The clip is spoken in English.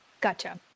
Gotcha